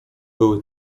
były